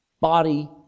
body